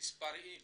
מספריים